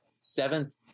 seventh